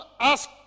ask